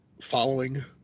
following